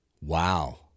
Wow